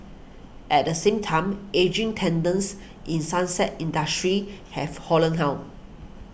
at the same time ageing tenants in sunset industries have hollowed out